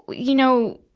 you know,